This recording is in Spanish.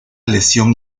lesión